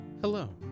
Hello